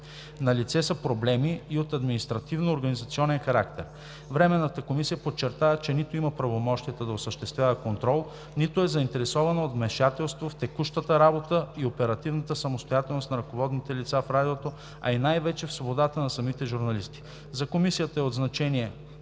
Налице са проблеми и от административно-организационен характер. Временната комисия подчертава, че нито има правомощия да осъществява контрол, нито е заинтересована от вмешателство в текущата работа и оперативната самостоятелност на ръководните лица в Радиото, а и най-вече в свободата на самите журналисти. За Комисията е от значение